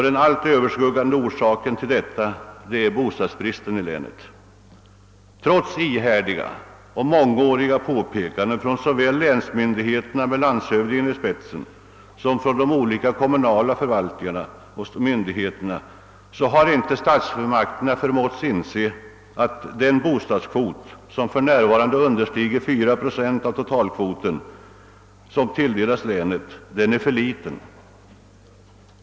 Den allt överskuggande orsaken därtill är bostadsbristen i länet. Trots ihärdiga påpekanden under många år såväl från länsmyndigheterna, med landshövdingen i spetsen, som från de olika kommunala förvaltningarna och myndigheterna har inte statsmakterna förmåtts inse att den bostadskvot — för närvarande understigande 4 procent av totalkvoten — som tilldelats länet är för liten.